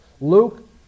Luke